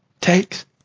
takes